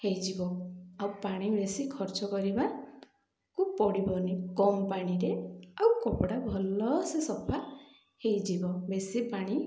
ହୋଇଯିବ ଆଉ ପାଣି ବେଶୀ ଖର୍ଚ୍ଚ କରିବାକୁ ପଡ଼ିବନି କମ୍ ପାଣିରେ ଆଉ କପଡ଼ା ଭଲସେ ସଫା ହୋଇଯିବ ବେଶୀ ପାଣି